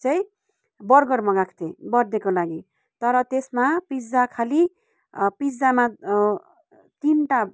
चाहिँ बर्गर मगाएको थिएँ बर्थडेको लागि तर त्यसमा पिजा खालि पिजामा तिनवटा